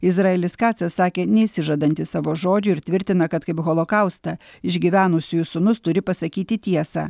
izraelis kacas sakė neišsižadantis savo žodžių ir tvirtina kad kaip holokaustą išgyvenusiųjų sūnus turi pasakyti tiesą